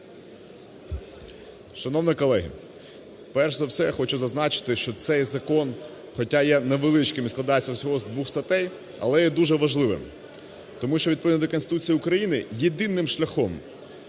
Шановні колеги, перш за все, я хочу зазначити, що цей закон, хотя є невеличким і складається всього з двох статей, але є дуже важливим. Тому що, відповідно до Конституції України, єдиним шляхом